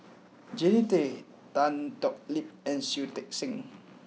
Jannie Tay Tan Thoon Lip and Shui Tit Sing